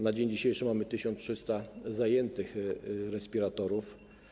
Na dzień dzisiejszy mamy 1300 zajętych respiratorów.